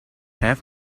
have